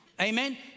Amen